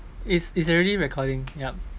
it's it's already recording yup